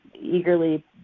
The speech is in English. eagerly